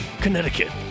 Connecticut